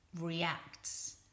reacts